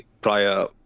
prior